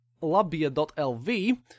labia.lv